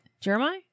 Jeremiah